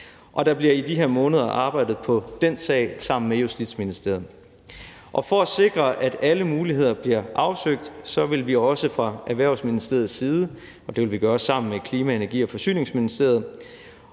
der bliver i de her måneder arbejdet på den sag sammen med Justitsministeriet. Og for at sikre, at alle muligheder bliver afsøgt, vil vi fra Erhvervsministeriets side sammen med Klima-, Energi- og Forsyningsministeriet